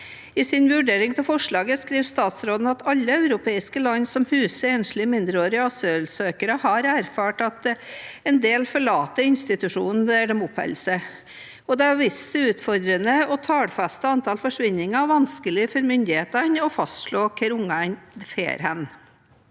I sin vurdering av forslaget skriver statsråden at alle europeiske land som huser enslige mindreårige asylsøkere, har erfart at en del forlater institusjonen de oppholder seg ved. Det har vist seg utfordrende å tallfeste antallet forsvinninger og vanskelig for myndighetene å fastslå hvor barna drar.